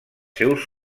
seus